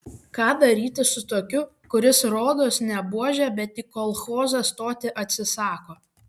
ką daryti su tokiu kuris rodos ne buožė bet į kolchozą stoti atsisako